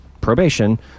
probation